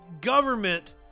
government